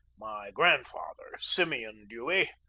my grandfather, simeon dewey,